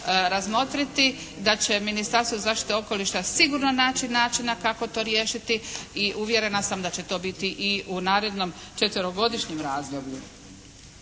razmotriti, da će Ministarstvo za zaštitu okoliša sigurno naći načina kako to riješiti i uvjerena sam da će to biti i u narednom četverogodišnjem razdoblju.